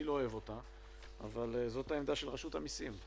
אני לא אוהב אותה אבל זו העמדה של רשות המסים.